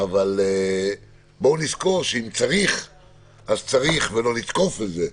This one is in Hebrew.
אבל בואו נזכור שאם צריך אז צריך ולא לתקוף את זה,